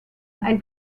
ein